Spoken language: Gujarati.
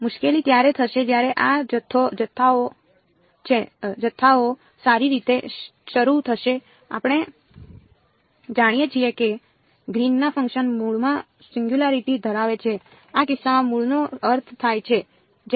મુશ્કેલી ત્યારે થશે જ્યારે આ જથ્થાઓ સારી રીતે શરૂ થશે આપણે જાણીએ છીએ કે ગ્રીનના ફંકશન મૂળમાં સિંગયુંલારીટી ધરાવે છે આ કિસ્સામાં મૂળનો અર્થ થાય છે જ્યારે